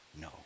no